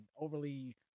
overly